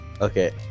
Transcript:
Okay